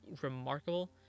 remarkable